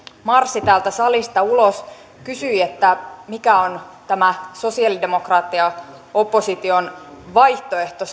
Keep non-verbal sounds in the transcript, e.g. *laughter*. marssi täältä salista ulos kysyi mikä on tämä sosialidemokraattien ja opposition vaihtoehto *unintelligible*